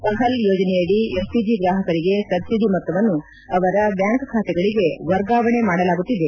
ಪಹಲ್ ಯೋಜನೆಯಡಿ ಎಲ್ಪಿಜಿ ಗ್ರಾಹಕರಿಗೆ ಸಬ್ಲಡಿ ಮೊತ್ತವನ್ನು ಅವರ ಬ್ಯಾಂಕ್ ಬಾತೆಗಳಿಗೆ ವರ್ಗಾವಣೆ ಮಾಡಲಾಗುತ್ತಿದೆ